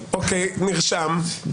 נרשם.